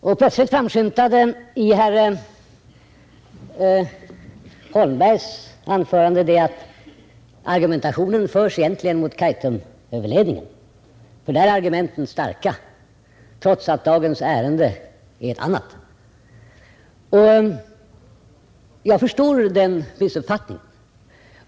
Det framskymtade nu plötsligt i herr Holmbergs anförande att argumentationen egentligen förs mot Kaitumöverledningen — för där är argumenten starka — trots att dagens ärende är ett annat. Och jag förstår den missuppfattningen.